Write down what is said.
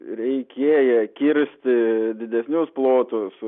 reikėję kirsti didesnius plotus